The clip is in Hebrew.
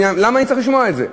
למה אני צריך לשמוע את זה?